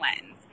lens